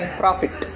profit